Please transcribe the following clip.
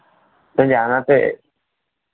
sir यहाँ से